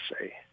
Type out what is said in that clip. say